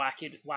wacky